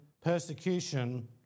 persecution